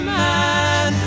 man